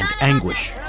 anguish